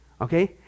Okay